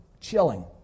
chilling